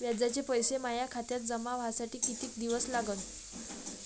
व्याजाचे पैसे माया खात्यात जमा व्हासाठी कितीक दिवस लागन?